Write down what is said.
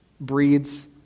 breeds